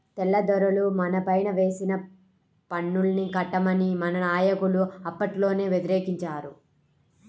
తెల్లదొరలు మనపైన వేసిన పన్నుల్ని కట్టమని మన నాయకులు అప్పట్లోనే వ్యతిరేకించారు